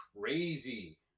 crazy